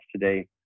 today